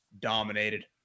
dominated